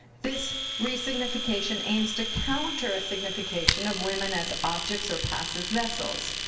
this resignification aims to counter a signification of women as objects or passive vessels,